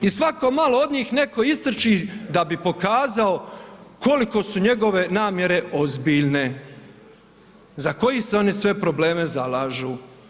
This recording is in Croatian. I svako malo od njih netko istrči da bi pokazao koliko su njegove namjere ozbiljne, za koje se oni sve probleme zalažu.